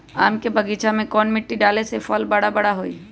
आम के बगीचा में कौन मिट्टी डाले से फल बारा बारा होई?